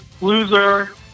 loser